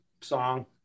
song